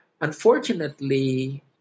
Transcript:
unfortunately